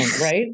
right